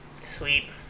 Sweet